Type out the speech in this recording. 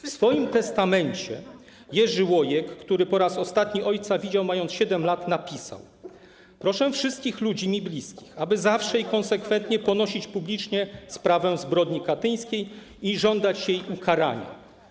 W swoim testamencie Jerzy Łojek, który po raz ostatni widział ojca, mając 7 lat, napisał: „Proszę wszystkich ludzi mi bliskich, aby zawsze i konsekwentnie podnosili publicznie sprawę zbrodni katyńskiej i żądali jej ukarania”